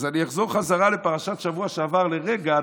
אחזור חזרה לפרשת השבוע שעברה לרגע.